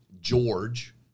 George